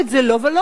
לא ולא.